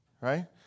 right